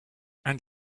and